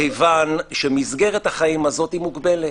מכיוון שמסגרת החיים הזאת מוגבלת.